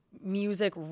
music